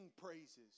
praises